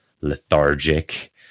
lethargic